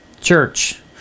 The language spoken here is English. church